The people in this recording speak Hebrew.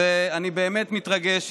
אני באמת מתרגש,